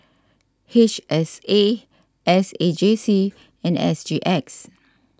H S A S A J C and S G X